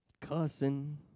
cussing